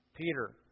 Peter